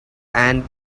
and